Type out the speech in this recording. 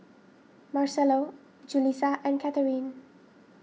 Marcelo Julisa and Katherin